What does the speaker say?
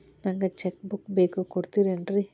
ನಂಗ cheque book ಬೇಕು ಕೊಡ್ತಿರೇನ್ರಿ?